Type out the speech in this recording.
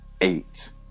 eight